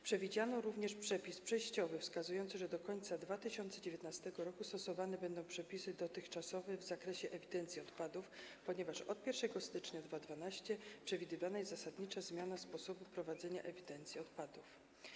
Przewidziano również przepis przejściowy wskazujący, że do końca 2019 r. stosowane będą przepisy dotychczasowe w zakresie ewidencji odpadów, ponieważ od 1 stycznia 2020 r. przewidywana jest zasadnicza zmiana sposobu prowadzenia ewidencji odpadów.